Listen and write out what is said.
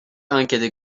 ankete